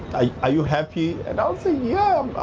are you happy? and i would say yeah